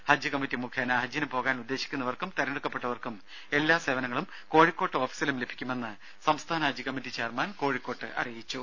ഹജ്ജ് committee മുഖേന ഹജ്ജിന് പോകാൻ ഉദ്ദേശിക്കുന്നവർക്കും തെരഞ്ഞെടുക്കപ്പെട്ടവർക്കും എല്ലാ സേവനങ്ങളും കോഴിക്കോട്ടെ ഓഫിസിലും ലഭിക്കുമെന്ന് സംസ്ഥാന ഹജ്ജ് കമ്മറ്റി ചെയർമാൻ കോഴിക്കോട്ട് അറിയിച്ചു